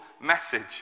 message